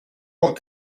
what